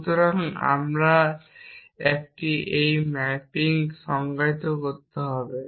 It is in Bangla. সুতরাং আমরা একটি এই ম্যাপিং সংজ্ঞায়িত করতে হবে